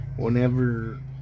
Whenever